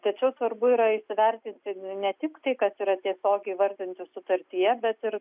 tačiau svarbu yra įsivertinti ne tik tai kas yra tiesiogiai įvardinta sutartyje bet ir